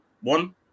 one